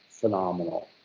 phenomenal